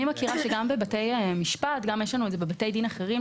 אני מכירה שגם בבתי המשפט וגם בבתי דין אחרים,